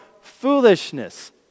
foolishness